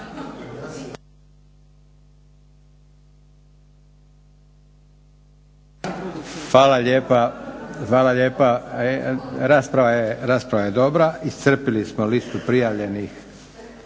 Hvala lijepa. Rasprava je dobra. Iscrpili smo listu prijavljenih